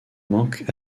manque